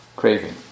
Craving